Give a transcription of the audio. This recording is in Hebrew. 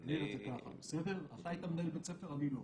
אתה היית מנהל בית ספר, אני לא.